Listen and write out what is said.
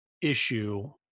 issue